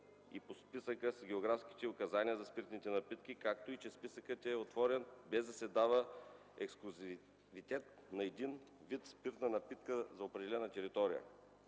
и по списъка с географските указания за спиртните напитки, както и че списъкът е отворен без да се дава ексклузивитет на един вид спиртна напитка за определена територия.